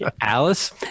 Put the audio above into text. Alice